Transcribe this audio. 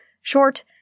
short